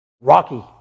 rocky